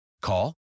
Call